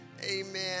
Amen